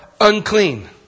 unclean